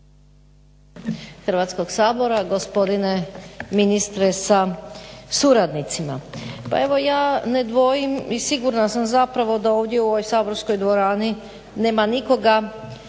Hrvatskog sabora, gospodine ministre sa suradnicima. Pa evo ja ne dvojim i sigurna sam zapravo da ovdje u ovoj saborskoj dvorani nema nikoga